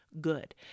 good